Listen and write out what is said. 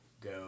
go